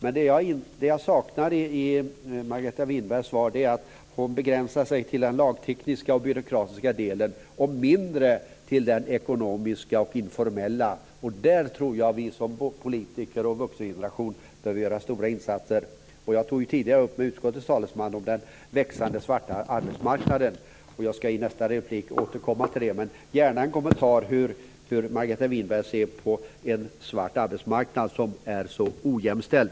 I svaret begränsar sig Margareta Winberg till den lagtekniska och byråkratiska delen och tar mindre upp den ekonomiska och informella delen. Där tror jag att vi som politiker och vuxengeneration behöver göra stora insatser. Jag tog tidigare upp den växande svarta arbetsmarknaden med utskottets talesman. Jag ska återkomma till det i nästa replik. Jag vill gärna ha en kommentar till hur Margareta Winberg ser på en svart arbetsmarknad som är så ojämställd.